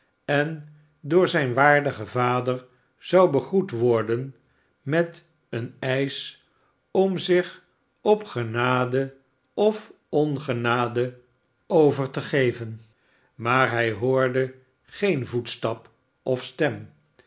en door zijn waardigen vader zou begroet worden met een eisch om zich op genade of ongenade over te geven maar hij hoorde geen voetstap of stem